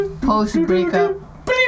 post-breakup